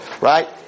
right